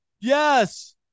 Yes